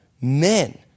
men